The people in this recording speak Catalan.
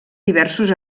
diversos